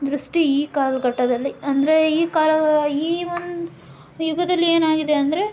ದೃಷ್ಟಿ ಈ ಕಾಲಘಟ್ಟದಲ್ಲಿ ಅಂದರೆ ಈ ಕಾಲ ಈ ಒನ್ ಯುಗದಲ್ಲಿ ಏನಾಗಿದೆ ಅಂದರೆ